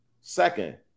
Second